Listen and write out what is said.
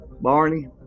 Barney